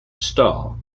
star